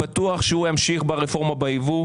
אני בטוח שהוא ימשיך ברפורמה בייבוא.